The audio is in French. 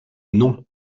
non